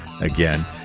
again